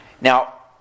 Now